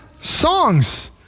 songs